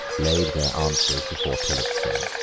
laid their answers before tillotson,